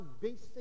basic